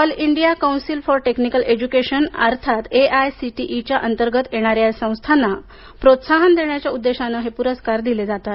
all India council for technical education अर्थात एआयसीटीईच्या अंतर्गत येणाऱ्या या संस्थांना प्रोत्साहन देण्याच्या उद्देशाने हे पुरस्कार दिले जातात